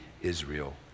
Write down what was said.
Israel